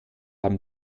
haben